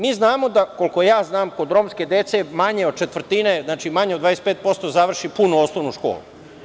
Mi znamo da, bar koliko ja znam, kod romske dece manje od četvrtine, manje od 25% završi punu osnovnu školu.